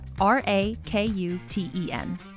R-A-K-U-T-E-N